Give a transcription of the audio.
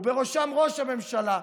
ובראשם ראש הממשלה,